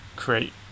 create